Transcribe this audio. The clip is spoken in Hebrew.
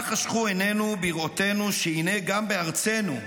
"מה חשכו עינינו בראותנו שהינה גם בארצנו,